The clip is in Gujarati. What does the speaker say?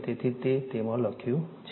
તેથી તે તેમાં લખ્યું છે